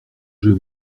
jeu